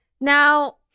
Now